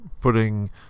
putting